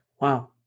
Wow